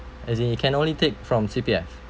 as in you can only take from C_P_F